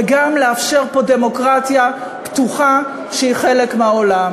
וגם לאפשר פה דמוקרטיה פתוחה שהיא חלק מהעולם.